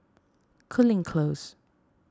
Cooling Close